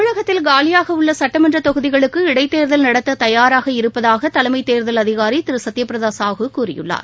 தமிழகத்தில் காலியாக உள்ள சட்டமன்ற தொகுதிகளுக்கு இடைத்தோதல் நடத்த தயாராக இருப்பதாக தலைமை தேர்தல் அதிகாரி திரு சத்ய பிரதா சாஹூ கூறியிருக்கிறார்